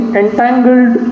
entangled